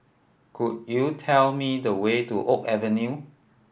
could you tell me the way to Oak Avenue